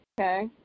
Okay